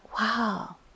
wow